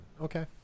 Okay